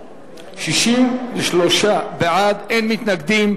63 בעד, אין מתנגדים,